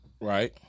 Right